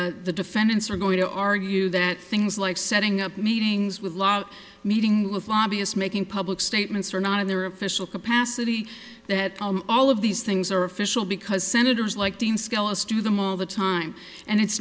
the the defendants are going to argue that things like setting up meetings with lot meeting with lobbyists making public statements are not in their official capacity that all of these things are official because senators like dean skelos do them all the time and it's